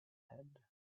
had